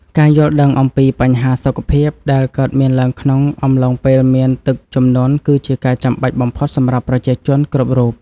ការយល់ដឹងអំពីបញ្ហាសុខភាពដែលកើតមានឡើងក្នុងអំឡុងពេលមានទឹកជំនន់គឺជាការចាំបាច់បំផុតសម្រាប់ប្រជាជនគ្រប់រូប។